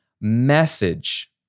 message